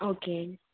okay